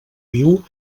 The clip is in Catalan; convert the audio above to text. viu